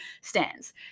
stands